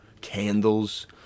candles